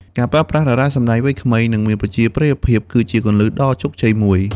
ការប្រើប្រាស់ តារាសម្តែងវ័យក្មេង និងមានប្រជាប្រិយភាពគឺជាគន្លឹះដ៏ជោគជ័យមួយ។